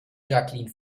jacqueline